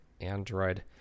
Android